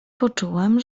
poczułem